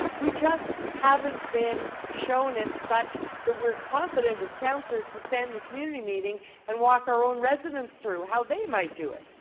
we just haven't been shown it such that we're confident as councillors to stand in community meeting and walk our residents through how they might do it.